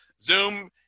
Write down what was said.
Zoom